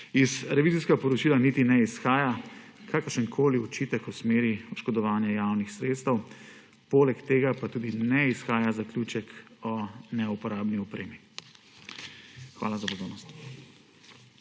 Iz revizijskega poročila niti ne izhaja kakršenkoli očitek o smeri oškodovanja javnih sredstev, poleg tega pa tudi ne izhaja zaključek o neuporabni opremi. Hvala za pozornost.